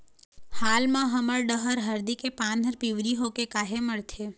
हाल मा हमर डहर हरदी के पान हर पिवरी होके काहे मरथे?